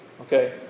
okay